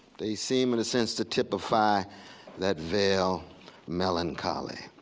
they seem in a sense to typify that veiled melancholy.